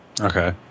Okay